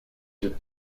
yeux